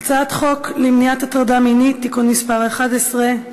הצעת חוק למניעת הטרדה מינית (תיקון מס' 11)